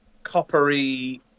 coppery